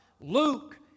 Luke